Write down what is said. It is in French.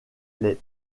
les